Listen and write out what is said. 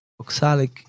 oxalic